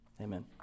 amen